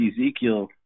ezekiel